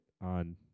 on